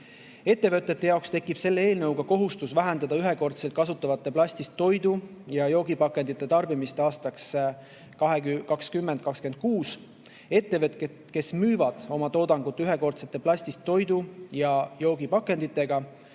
võetud. Ettevõtete jaoks tekib selle eelnõu kohaselt kohustus vähendada ühekordselt kasutatavate plastist toidu- ja joogipakendite tarbimist aastaks 2026. Ettevõtted, kes müüvad oma toodangut ühekordsete plastist toidu- ja joogipakenditega,